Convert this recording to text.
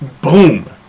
boom